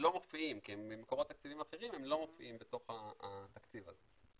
מופיעים כי הם ממקורות תקציביים אחרים והם לא מופיעים בתוך התקציב הזה.